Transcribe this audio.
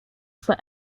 for